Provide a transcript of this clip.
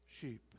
sheep